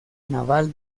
naval